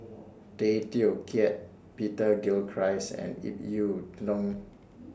Tay Teow Kiat Peter Gilchrist and Ip Yiu Tung